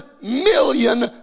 million